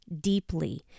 deeply